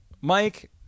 Mike